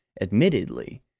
admittedly